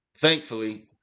thankfully